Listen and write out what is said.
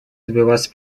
добиваться